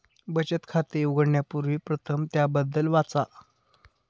बचत खाते उघडण्यापूर्वी प्रथम त्याबद्दल वाचा